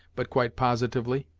but quite positively.